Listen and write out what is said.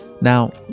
Now